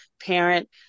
parent